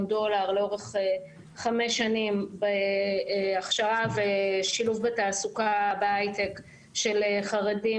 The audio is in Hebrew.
דולר לאורך חמש שנים הכשרה ושילוב בתעסוקה בהיי-טק של חרדים,